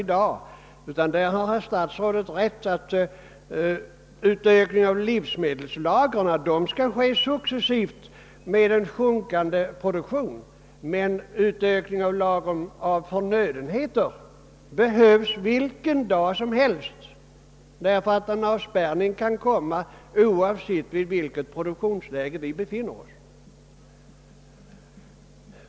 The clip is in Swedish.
Herr statsrådet har rätt när han säger att ökningen av livsmedelslagren skall ske successivt allteftersom produktionen sjunker. Men en ökning av lagren av förnödenheter behöver vi vilken dag som helst, eftersom en avspärrning kan komma oavsett i vilket produktionsläge vi befinner oss.